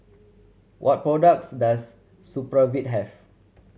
what products does Supravit have